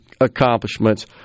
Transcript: accomplishments